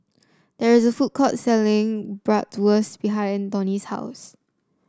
there is a food court selling Bratwurst behind Donnie's house